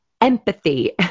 empathy